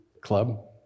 club